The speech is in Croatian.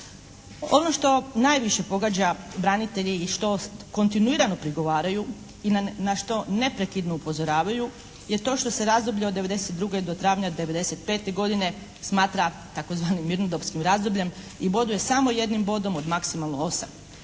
Ono što najviše pogađa branitelje i što kontinuirano prigovaraju i na što neprekidno upozoravaju je to što se razdoblje od 1992. do travnja 1995. godine smatra tzv. mirnodopskim razdobljem i boduje samo jednim bodom od maksimalno 8.